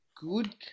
good